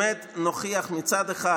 נוכיח מצד אחד